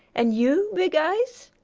and you, big eyes,